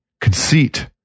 conceit